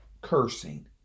cursing